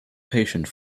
patient